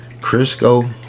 Crisco